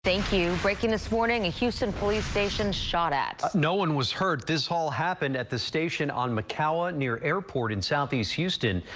thank you breaking this morning, houston police station shot that no one was hurt this all happened at the station on mcallen near airport in southeast houston.